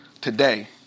today